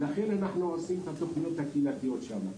ולכן אנחנו עושים את התוכניות הקהילתיות שם.